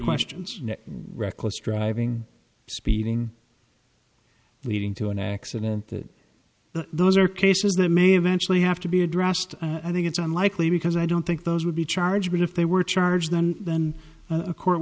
questions reckless driving speeding leading to an accident that those are cases that may eventually have to be addressed i think it's unlikely because i don't think those would be charged but if they were charged then then a court